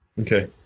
okay